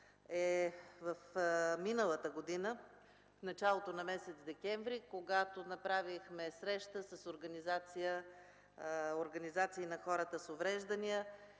е от миналата година, в началото на месец декември, когато направихме среща с организации на хората с увреждания